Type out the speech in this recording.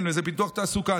אם זה פיתוח תעסוקה,